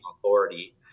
authority